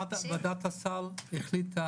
ועדת הסל החליטה